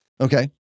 Okay